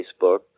Facebook